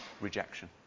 rejection